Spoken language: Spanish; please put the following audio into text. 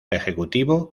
ejecutivo